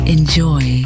Enjoy